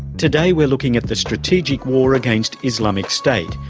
today we're looking at the strategic war against islamic state,